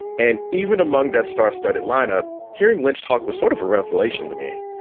and even among that star studded lineup, hearing lynch talk was sort of a revelation to me.